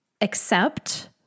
accept